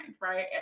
right